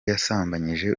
yasambanyije